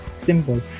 simple